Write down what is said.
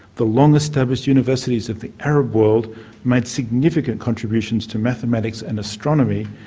the long-established universities of the arab world made significant contributions to mathematics and astronomy,